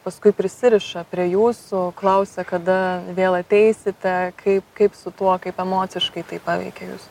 paskui prisiriša prie jūsų klausia kada vėl ateisite kai kaip su tuo kaip emociškai tai paveikė jus